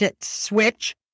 switch